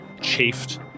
chafed